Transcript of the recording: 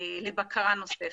לבקרה נוספת.